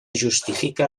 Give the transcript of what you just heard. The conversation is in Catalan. justifica